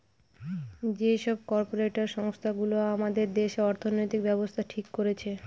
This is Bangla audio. যে সব কর্পরেট সংস্থা গুলো আমাদের দেশে অর্থনৈতিক ব্যাবস্থা ঠিক করছে